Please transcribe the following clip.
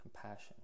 compassion